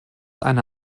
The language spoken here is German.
eine